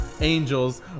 Angels